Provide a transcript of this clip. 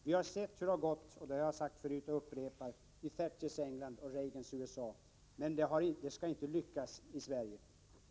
Vi har sett hur det har gått — jag upprepar det i Thatchers England och Reagans USA, men det skall inte lyckas i Sverige.